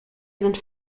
sind